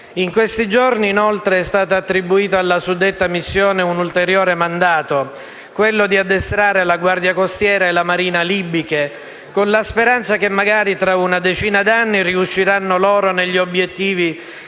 In questi giorni, inoltre, è stato attribuito alla suddetta missione un ulteriore mandato, quello di addestrare la guardia costiera e la marina libiche, con la speranza che magari, tra una decina d'anni, riusciranno loro negli obiettivi